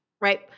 Right